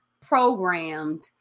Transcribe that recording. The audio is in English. programmed